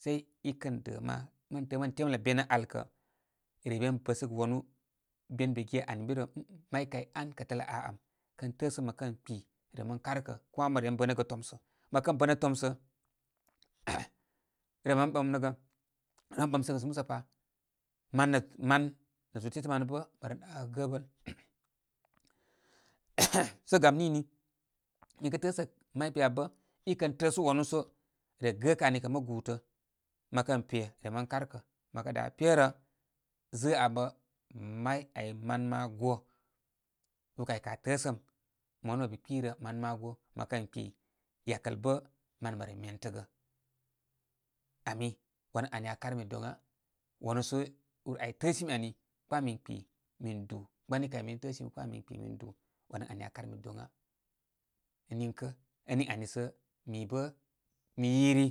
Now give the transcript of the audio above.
Sai i kən də' ma. Mən tə'ə' mən temlə be nə' al kə' re be ren bəsəgə wanu ben be ge ani ən birə mai may kay an kətələ aa ām, kən təə' səm mə kən kpi rem ren karkə. Kuma mə ren bənəgə tomsə. Mə kə bən tomsə' rem ren ɓɨm nəgə. Mə ren ɓɨmkə ə musə pa. Man nə man nə zul retə' manə bə' mə ren ɗakagə gəbəl sə' gam nini, mi kə tə'ə'səgə may piya bə' i kən tə'ə' su wanu so re gəkə ani kə' mə gūtə, məkər pe rem re karkə. Məkə dā pe rə zə'ə' a abə, may ay man ma go. ūkaykə aa təə səm. Monə' mən be kpi rə man ma go' mə kən kpi yakəl bə' man məre mentəgə. Ami wanə ani aa karmi doŋa wanu sə ūr ay təə' simi ani kuma min kpi min dū. Gbani kay mini kuma min kpi min dū wan ən ani aa karmi doŋa. Niŋkə, ən niŋ ani sə mi bə' mi yiri,